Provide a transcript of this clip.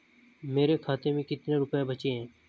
मेरे खाते में कितने रुपये बचे हैं?